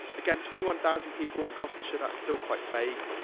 again, twenty one thousand people in gloucestershire, that's still quite vague.